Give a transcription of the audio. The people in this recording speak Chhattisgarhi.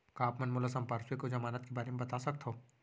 का आप मन मोला संपार्श्र्विक अऊ जमानत के बारे म बता सकथव?